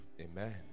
Amen